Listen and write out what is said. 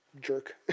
jerk